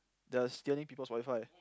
they are stealing peoples' WiFi